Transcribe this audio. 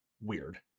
weird